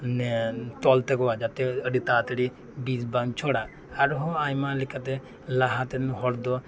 ᱱᱮᱸᱻ ᱛᱚᱞ ᱛᱟᱠᱚᱣᱟ ᱡᱟᱛᱮ ᱟᱹᱰᱤ ᱛᱟᱲᱟᱛᱟᱹᱲᱤ ᱵᱤᱥ ᱵᱟᱝ ᱪᱷᱚᱲᱟᱜ ᱟᱨᱦᱚᱸ ᱟᱭᱢᱟ ᱞᱮᱠᱟᱛᱮ ᱞᱟᱦᱟᱛᱮᱱ ᱦᱚᱲ ᱫᱚ